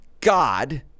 God